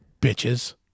Bitches